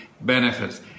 benefits